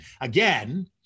again